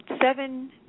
seven